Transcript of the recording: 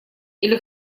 или